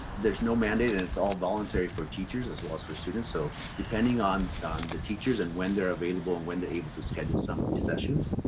you know mandate, and it's all voluntary for teachers as well as for students. so depending on on the teachers and when they're available, and when they able to schedule some of these sessions,